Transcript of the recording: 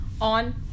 on